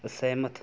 ਅਸਹਿਮਤ